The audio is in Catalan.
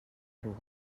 ruga